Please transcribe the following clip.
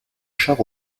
chars